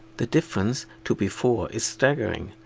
the difference to before is staggering.